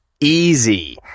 easy